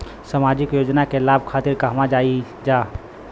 सामाजिक योजना के लाभ खातिर कहवा जाई जा?